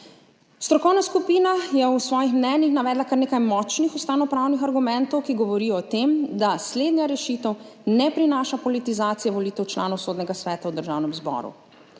Strokovna skupina je v svojih mnenjih navedla kar nekaj močnih ustavnopravnih argumentov, ki govorijo o tem, da slednja rešitev ne prinaša politizacije volitev članov Sodnega sveta v Državnem zboru.